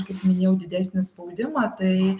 kaip minėjau didesnį spaudimą tai